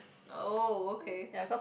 no okay